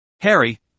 Harry